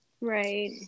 Right